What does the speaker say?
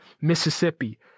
Mississippi